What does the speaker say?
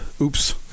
oops